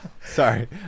sorry